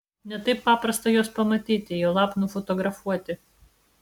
ne taip paprasta juos pamatyti juolab nufotografuoti